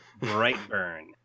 Brightburn